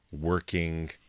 working